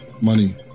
Money